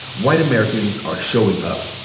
white americans are showing up.